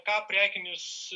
ką prekinis